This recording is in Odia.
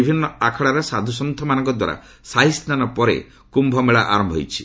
ବିଭିନ୍ନ ଆଖଡ଼ାର ସାଧୁସନ୍ଥଙ୍କ ଦ୍ୱାରା ସାହିସ୍ନାନ ପରେ କ୍ରୁମେଳା ଆରମ୍ଭ ହୋଇଛି